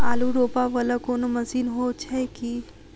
आलु रोपा वला कोनो मशीन हो छैय की?